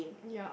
yup